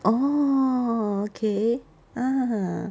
orh okay ah